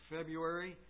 February